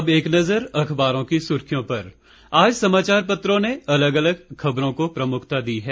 अब एक नजर अखबारों की सुर्खियों पर आज समाचार पत्रों ने अलग अलग खबरों को प्रमुखता दी है